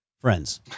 friends